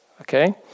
Okay